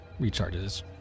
recharges